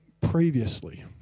previously